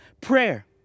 prayer